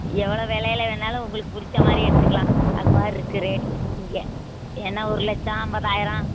எவ்வளோ விலையில வேணாலும் உங்களுக்குப் பிடிச்ச மாதிரி எடுத்துக்கலாம் அது மாதிரி இருக்குது ரேட்டு இங்கே என்ன ஒரு லட்சம் ஐம்பதாயரம்